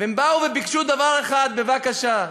והם באו וביקשו דבר אחד, בבקשה: